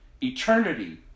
Eternity